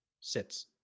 sits